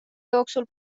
jooksul